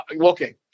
okay